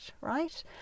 right